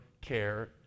care